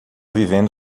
vivendo